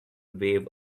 wave